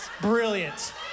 brilliant